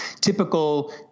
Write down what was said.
typical